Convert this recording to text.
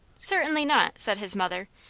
certainly not, said his mother,